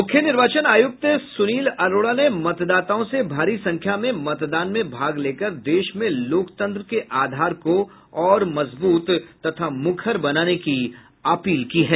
मुख्य निर्वाचन आयुक्त सुनील अरोड़ा ने मतदाताओं से भारी संख्या में मतदान में भाग लेकर देश में लोकतंत्र के आधार को और मजबूत तथा मुखर बनाने की अपील की है